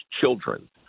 children